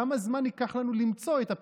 כמה זמן ייקח לנו למצוא את הפתרון?